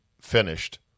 finished